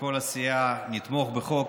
וכל הסיעה תתמוך בחוק,